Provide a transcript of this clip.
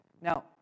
Now